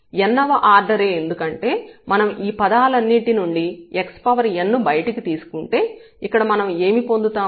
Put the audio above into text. n వ ఆర్డరే ఎందుకంటే మనం ఈ పదాలన్నింటి నుండి xn ను బయటకు తీసుకుంటే ఇక్కడ మనం ఏమి పొందుతాము